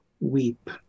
weep